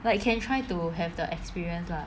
like can try to have the experience lah